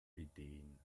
ideen